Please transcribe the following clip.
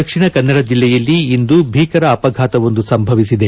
ದಕ್ಷಿಣ ಕನ್ನಡ ಜಿಲ್ಲೆಯಲ್ಲಿ ಇಂದು ಭೀಕರ ಅಪಘಾತವೊಂದು ಸಂಭವಿಸಿದೆ